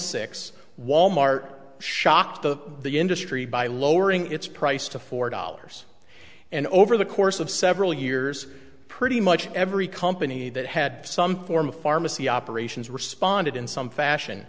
six wal mart shocked of the industry by lowering its price to four dollars and over the course of several years pretty much every company that had some form of pharmacy operations responded in some fashion